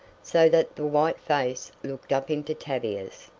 so that the white face looked up into tavia's.